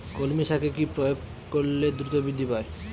কলমি শাকে কি প্রয়োগ করলে দ্রুত বৃদ্ধি পায়?